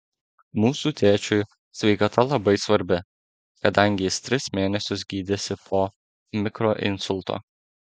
mūsų tėčiui sveikata labai svarbi kadangi jis tris mėnesius gydėsi po mikroinsulto